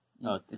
No